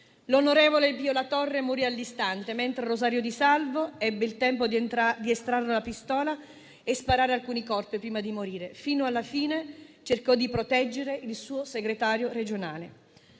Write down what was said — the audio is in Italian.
L'onorevole Pio La Torre morì all'istante, mentre Rosario Di Salvo ebbe il tempo di estrarre la pistola e sparare alcuni colpi prima di morire. Fino alla fine cercò di proteggere il suo segretario regionale.